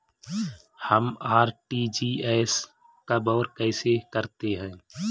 हम आर.टी.जी.एस कब और कैसे करते हैं?